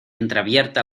entreabierta